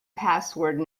password